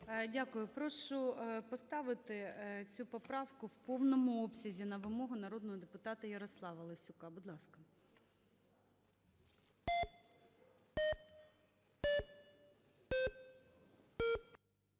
Дякую. Прошу поставити цю поправку в повному обсязі на вимогу народного депутата ЯрославаЛесюка. Будь ласка.